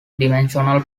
dimensional